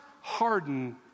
harden